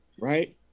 Right